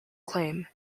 claim